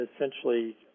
essentially